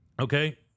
Okay